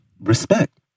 Respect